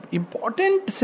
important